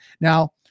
Now